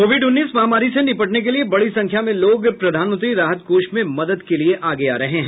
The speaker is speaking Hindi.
कोविड उन्नीस महामारी से निपटने के लिए बड़ी संख्या में लोग प्रधानमंत्री राहत कोष में मदद के लिए आगे आ रहे हैं